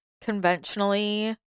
conventionally